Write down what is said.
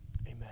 Amen